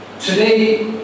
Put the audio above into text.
today